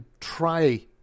try